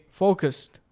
focused